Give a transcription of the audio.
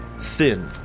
thin